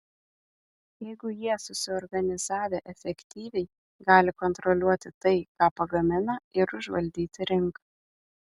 jeigu jie susiorganizavę efektyviai gali kontroliuoti tai ką pagamina ir užvaldyti rinką